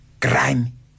crime